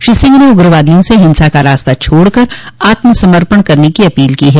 श्री सिंह ने उग्रवादियों से हिंसा का रास्ता छोड़कर आत्म समर्पण करने की अपील की है